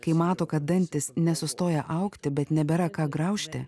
kai mato kad dantys nesustoja augti bet nebėra ką graužti